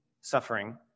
suffering